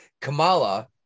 Kamala